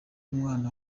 umwana